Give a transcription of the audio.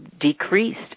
decreased